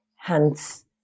Hence